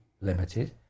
limited